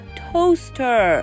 toaster